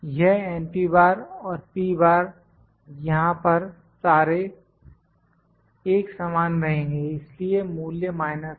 यह और यहां पर सारे एक समान रहेंगे इसलिए मूल्य माइनस है